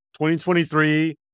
2023